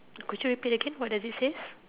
could you repeat again what does it says